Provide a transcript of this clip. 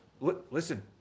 listen